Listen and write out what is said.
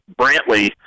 Brantley